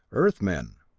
earthmen,